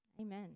Amen